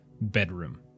bedroom